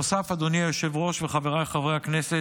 בנוסף, אדוני היושב-ראש וחבריי חברי הכנסת,